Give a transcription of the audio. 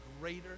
greater